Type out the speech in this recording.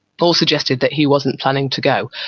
all suggested that he wasn't planning to go.